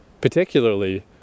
Particularly